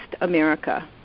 America